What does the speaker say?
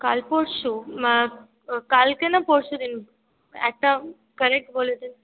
কাল পরশু কালকে না পরশু দিন একটা কারেক্ট বলে দিন